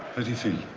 do you feel?